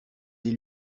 des